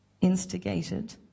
instigated